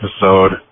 episode